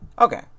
Okay